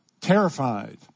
Terrified